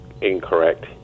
incorrect